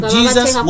Jesus